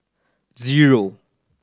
zero